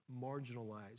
marginalized